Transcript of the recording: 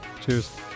Cheers